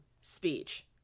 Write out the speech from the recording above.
speech